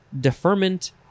deferment